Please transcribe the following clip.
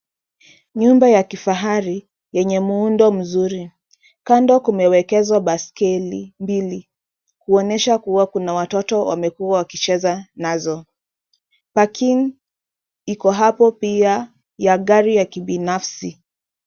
Nyumba ya kifahari yenye muundo mzuri kando kumewekezwa baiskeli mbili, kuonyesha kuwa kuna watoto wamekuwa wakicheza nazo. parking iko hapo pia ya gari ya kibinafsi.